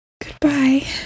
Goodbye